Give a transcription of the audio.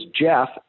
jeff